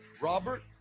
Robert